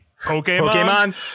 Pokemon